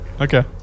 okay